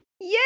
Yay